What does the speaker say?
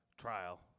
Trial